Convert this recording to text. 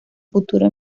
futuro